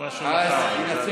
תשאיר משהו למחר.